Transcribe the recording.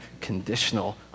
conditional